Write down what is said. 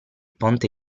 ponte